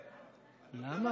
בגללכם.